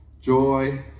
joy